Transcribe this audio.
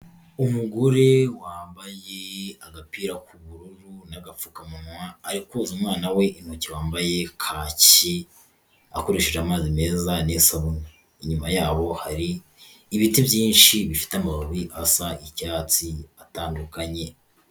Umugore wambaye agapira k'ubururu n'agapfukamunwa, arikoza umwana we intoki wambaye kaki akoresheje amazi meza n'isabune. Inyuma yabo hari ibiti byinshi bifite amababi asa icyatsi atandukanye.